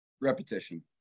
Repetition